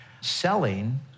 selling